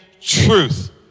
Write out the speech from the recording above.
truth